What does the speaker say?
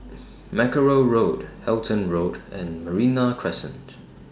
Mackerrow Road Halton Road and Merino Crescent